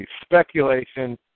speculation